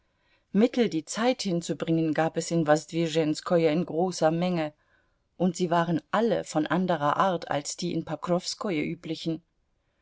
mittel die zeit hinzubringen gab es in wosdwischenskoje in großer menge und sie waren alle von anderer art als die in pokrowskoje üblichen